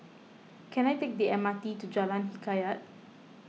can I take the M R T to Jalan Hikayat